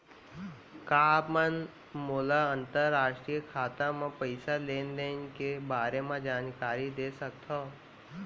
का आप मन मोला अंतरराष्ट्रीय खाता म पइसा लेन देन के बारे म जानकारी दे सकथव?